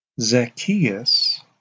Zacchaeus